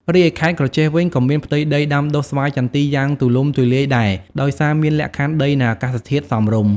រីឯខេត្តក្រចេះវិញ ក៏មានផ្ទៃដីដាំដុះស្វាយចន្ទីយ៉ាងទូលំទូលាយដែរ ដោយសារមានលក្ខខណ្ឌដី និងអាកាសធាតុសមរម្យ។